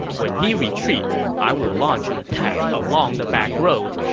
when he retreats, i will launch an attack along the backroads,